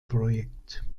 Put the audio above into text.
projekt